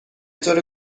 طور